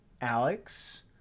Alex